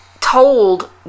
told